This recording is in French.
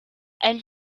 elle